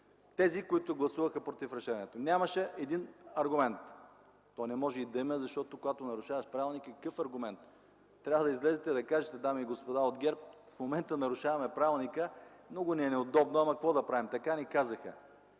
тези, които гласуваха против решението. Нямаше един аргумент! То не може и да има, защото, когато нарушаваш правилника – какъв аргумент? Трябва да излезете, да кажете, дами и господа от ГЕРБ: в момента нарушаваме правилника, много ни е неудобно, ама, какво да правим, така ни казаха.